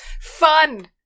Fun